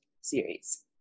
series